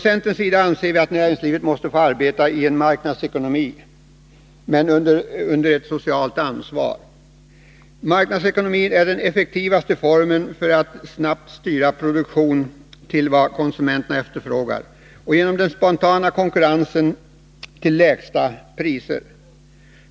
Centern anser att näringslivet måste få arbeta i en marknadsekonomi men med socialt ansvar. Marknadsekonomin är den effektivaste formen för att man snabbt skall kunna styra produktionen med hänsyn tagen till konsumenternas efterfrågan. Genom den spontana konkurrensen uppnår man den effektivaste produktionen och de lägsta priserna.